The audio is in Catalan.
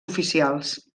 oficials